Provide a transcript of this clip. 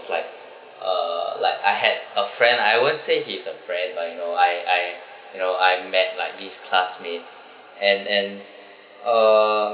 like uh like I had a friend I won't say he's a friend but you know I I you know I met like this classmate and and uh